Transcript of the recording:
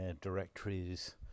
directories